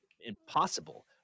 impossible